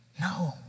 No